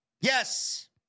Yes